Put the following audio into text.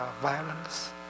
violence